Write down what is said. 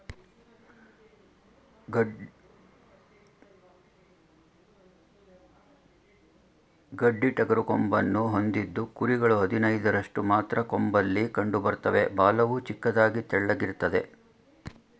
ಗಡ್ಡಿಟಗರು ಕೊಂಬನ್ನು ಹೊಂದಿದ್ದು ಕುರಿಗಳು ಹದಿನೈದರಷ್ಟು ಮಾತ್ರ ಕೊಂಬಲ್ಲಿ ಕಂಡುಬರ್ತವೆ ಬಾಲವು ಚಿಕ್ಕದಾಗಿ ತೆಳ್ಳಗಿರ್ತದೆ